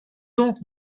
donc